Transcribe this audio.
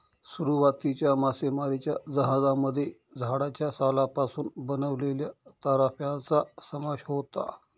सुरुवातीच्या मासेमारीच्या जहाजांमध्ये झाडाच्या सालापासून बनवलेल्या तराफ्यांचा समावेश होता